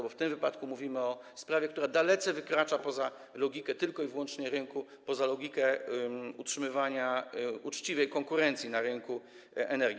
Bo w tym wypadku mówimy o sprawie, która dalece wykracza poza logikę tylko i wyłącznie rynku, poza logikę utrzymywania uczciwej konkurencji na rynku energii.